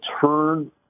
turn